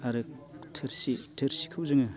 आरो थोरसि थोरसिखौ जोङो